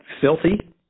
filthy